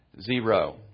zero